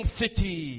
city